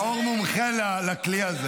--- היה כאן פער --- נאור מומחה לכלי הזה.